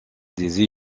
des